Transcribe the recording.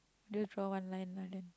you draw one line lah then